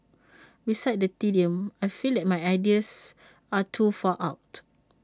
besides the tedium I feel that my ideas are too far out